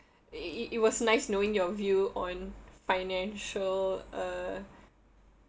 it it it was nice knowing your view on financial uh